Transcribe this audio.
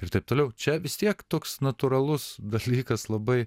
ir taip toliau čia vis tiek toks natūralus dalykas labai